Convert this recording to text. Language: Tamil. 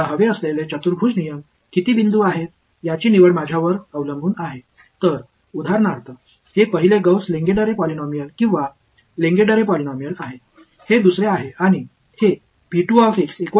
எனவே எடுத்துக்காட்டாக இது முதல் காஸ் லெங்கெட்ரே பாலினாமியல் அல்லது லெங்கெட்ரே பாலினாமியல் இது இரண்டாவது மற்றும் இது